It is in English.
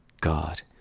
God